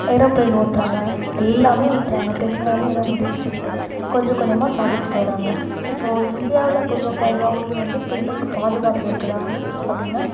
aeroplane ஓட்டுறாங்க எல்லாமே ஓட்டுறாங்க பெண்களால் எல்லாம் முடியுன்னு சொல்லிட்டு கொஞ்ச கொஞ்சமாக சாதிச்சிகிட்டு வராங்கள் இப்போது இந்தியாவில் பொதுவாக இப்போ எல்லா ஊர்லையும் வந்து பெண்களுக்கு பாதுகாப்பு இருக்குதா அப்படின்னா